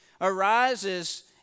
arises